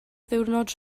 ddiwrnod